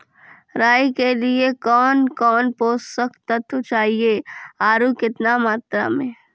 राई के लिए कौन कौन पोसक तत्व चाहिए आरु केतना मात्रा मे?